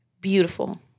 beautiful